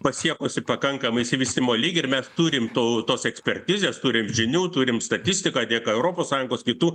pasiekusi pakankamą išsivystymo lygį ir mes turim to tos ekspertizės turim žinių turim statistiką dėka europos sąjungos kitų